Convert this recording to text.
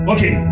Okay